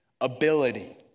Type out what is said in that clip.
ability